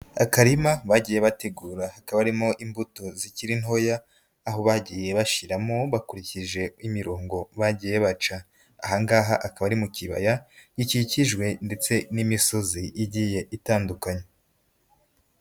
Akarima bagiye bategura. Hakaba harimo imbuto zikiri ntoya, aho bagiye bashiramo bakurikije imirongo bagiye baca. Aha ngaha akaba ari mu kibaya gikikijwe ndetse n'imisozi igiye itandukanye.